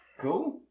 Cool